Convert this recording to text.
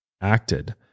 acted